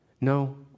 no